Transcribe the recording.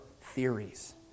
theories